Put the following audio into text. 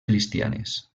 cristianes